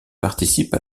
participe